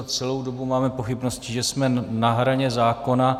Celou dobu máme pochybnosti, že jsme na hraně zákona.